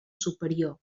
superior